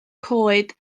coed